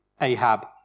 Ahab